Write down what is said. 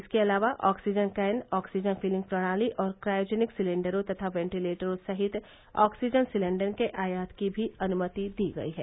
इसके अलावा oxygen can oxygen filling प्रणाली और क्रायोजेनिक सिलेंडरों तथा वेंटीलेटरों सहित ऑक्सीजन सिलेंडर के आयात की भी अनुमति दी गई है